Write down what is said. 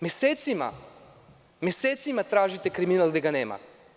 Mesecima, mesecima tražite kriminal gde ga nema.